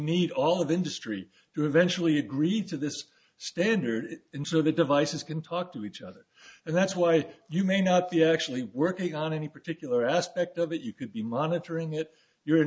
need all of industry to eventually agreed to this standard into the devices can talk to each other and that's why you may not be actually working on any particular aspect of it you could be monitoring it you